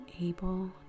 able